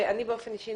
שאני באופן אישי,